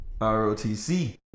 ROTC